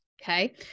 Okay